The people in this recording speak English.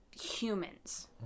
humans